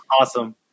awesome